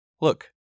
Look